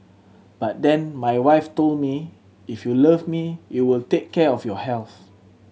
but then my wife told me if you love me you will take care of your health